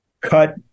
cut